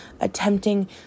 attempting